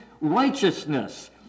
righteousness